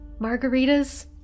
margaritas